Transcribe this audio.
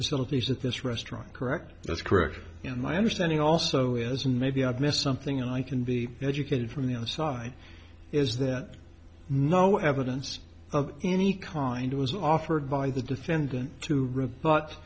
facilities at this restaurant correct that's correct in my understanding also is and maybe i've missed something and i can be educated from the other side is that no evidence of any kind was offered by the defendant to r